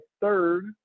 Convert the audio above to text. third